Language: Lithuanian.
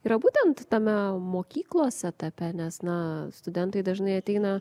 yra būtent tame mokyklos etape nes na studentai dažnai ateina